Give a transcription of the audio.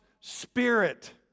Spirit